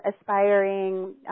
aspiring